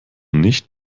nicht